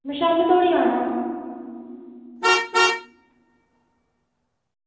में शामीं धोड़ी आना